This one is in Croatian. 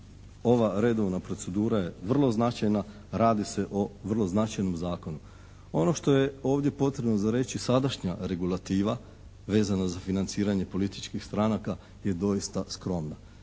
ova redovna procedura je vrlo značajna, radi se o vrlo značajnom zakonu. Ono što je ovdje potrebno za reći, sadašnja regulativa vezana za financiranje političkih stranaka je doista skromna.